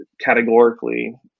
categorically